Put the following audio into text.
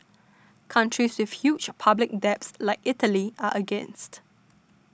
countries with huge public debts like Italy are against